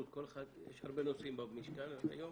יש הרבה נושאים במשכן היום